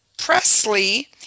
Presley